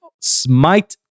Smite